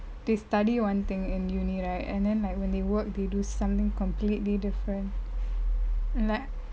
they study one thing in uni right and then like when they work they do something completely different like